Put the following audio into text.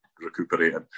recuperating